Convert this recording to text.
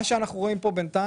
מה שאנחנו רואים פה בינתיים,